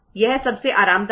यह सबसे आरामदायक है